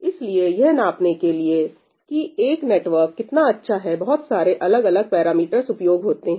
इसलिए यह नापने के लिए कि एक नेटवर्क कितना अच्छा है बहुत सारे अलग अलग पैरामीटर्स उपयोग होते हैं